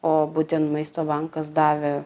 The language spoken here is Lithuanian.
o būtent maisto bankas davė